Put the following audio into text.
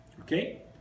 Okay